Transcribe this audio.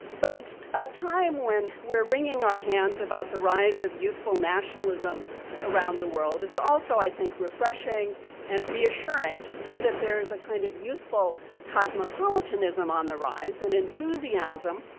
but at a time when we're wringing our hands about the rise of youthful nationalism around the world, it's also i think, refreshing and reassuring to see that there is a kind of youthful cosmopolitanism on the rise and enthusiasm,